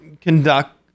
conduct